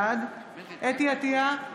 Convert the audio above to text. בעד חוה אתי עטייה,